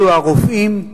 אלו הרופאים.